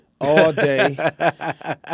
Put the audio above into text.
all-day